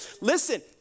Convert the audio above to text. Listen